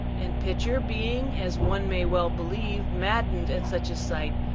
and pitcher, being, as one may well believe, maddened at such a sight,